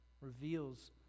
reveals